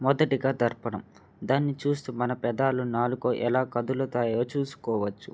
మొదటిగా దర్పణం దాన్ని చూస్తూ మన పెదాలు నాలుక ఎలా కదులుతాయో చూసుకోవచ్చు